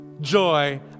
joy